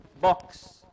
box